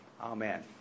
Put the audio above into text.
Amen